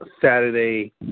Saturday